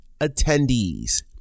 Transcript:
attendees